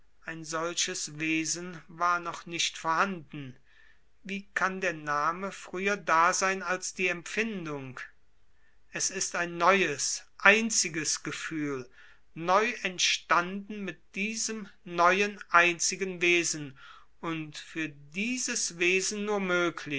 ein solches wesen war noch nicht vorhanden wie kann der name früher da sein als die empfindung es ist ein neues einziges gefühl neu entstanden mit diesem neuen einzigen wesen und für dieses wesen nur